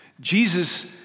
Jesus